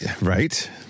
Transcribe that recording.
right